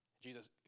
Jesus